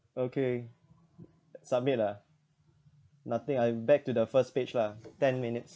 okay submit ah nothing I back to the first page lah ten minutes